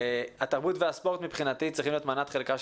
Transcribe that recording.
התרבות והספורט מבחינתי צריכים להיות מנת חלקה של הוועדה.